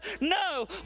No